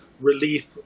relief